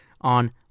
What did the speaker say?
on